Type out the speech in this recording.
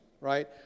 right